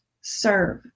serve